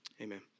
Amen